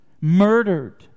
murdered